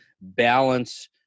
balance